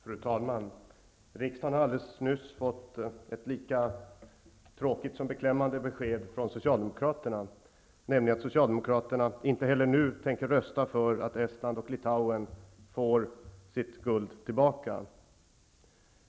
Fru talman! Riksdagen har alldeles nyss fått ett lika tråkigt som beklämmande besked från Socialdemokraterna. De tänker inte heller nu rösta för att Estland och Litauen får tillbaka sitt guld.